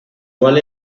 cual